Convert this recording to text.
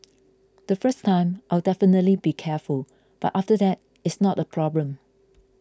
the first time I'll definitely be careful but after that it's not a problem